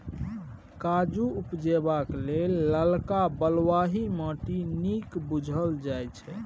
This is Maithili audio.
काजु उपजेबाक लेल ललका बलुआही माटि नीक बुझल जाइ छै